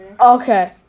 Okay